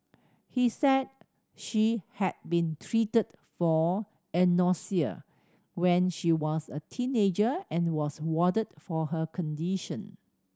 he said she had been treated for anorexia when she was a teenager and was warded for her condition